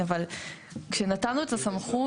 כשנתנו את הסמכות,